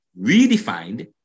redefined